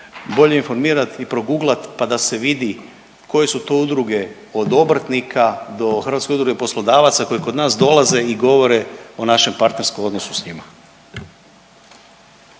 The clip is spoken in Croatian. bolje informirat i proguglat pa da se vidi koje su to udruge od obrtnika do HUP-a koji kod nas dolaze i govore o našem partnerskom odnosu s njima.